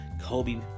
Kobe